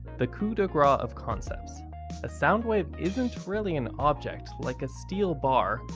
the coup de grace of concepts a sound wave isn't really an object like a steel bar,